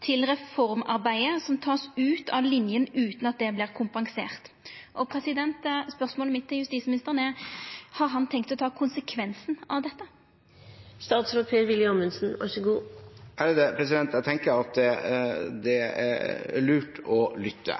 til reformarbeidet som tas ut av linjen uten at det blir kompensert». Spørsmålet mitt til justisministeren er: Har han tenkt å ta konsekvensen av dette? Jeg tenker at det er lurt å lytte,